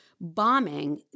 bombing